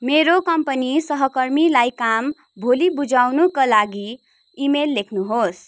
मेरो कम्पनी सहकर्मीलाई काम भोलि बुझाउनका लागि इमेल लेख्नुहोस्